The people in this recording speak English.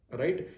right